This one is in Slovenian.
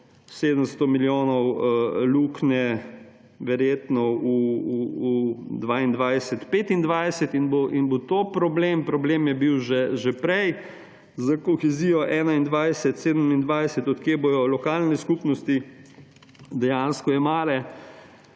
700 milijonov luknje verjetno v 2022‒2025, in bo to problem; problem je bil že prej za kohezijo 2021‒2027, od kje bodo lokalne skupnosti dejansko jemale